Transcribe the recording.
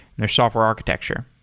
their software architecture?